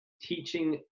teaching